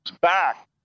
back